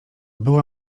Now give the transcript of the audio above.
była